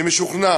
אני משוכנע